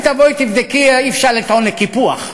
אם תבואי ותבדקי, אי-אפשר לטעון על קיפוח,